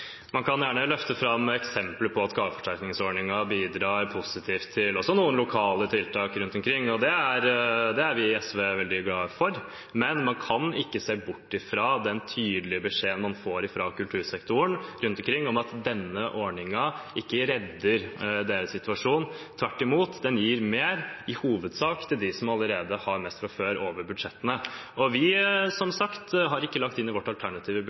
Man kan gjerne løfte fram eksempler på at gaveforsterkningsordningen bidrar positivt også til noen lokale tiltak rundt omkring, og det er vi i SV veldig glad for. Men man kan ikke se bort fra den tydelige beskjeden man får fra kultursektoren rundt omkring, om at denne ordningen ikke redder deres situasjon. Tvert imot, den gir i hovedsak mer til dem som allerede får mest fra før over budsjettene. Vi har som sagt ikke lagt inn i vårt alternative